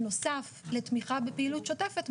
בנוסף לתמיכה בפעילות שוטפת,